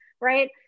right